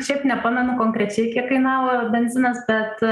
šiaip nepamenu konkrečiai kiek kainavo benzinas bet